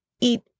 eat